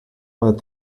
but